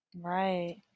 Right